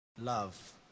Love